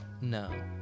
No